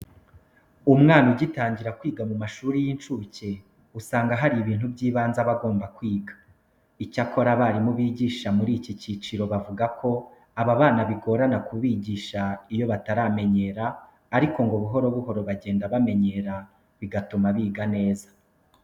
Umwana ugitangira kwiga mu mashuri y'incuke, usanga hari ibintu by'ibanze aba agomba kwiga. Icyakora abarimu bigisha muri iki cyiciro bavuga ko aba bana bigorana kubigisha iyo bataramenyera ariko ngo buhoro buhoro bagenda bamenyera bigatuma biga neza.